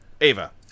Ava